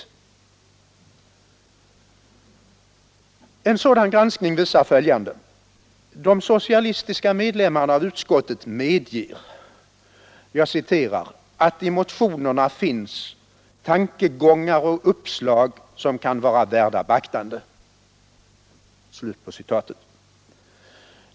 En sådan granskning visar följande. De socialistiska medlemmarna av utskottet medger ”att i motionerna finns tankegångar och uppslag som kan vara värda beaktande”.